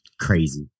crazy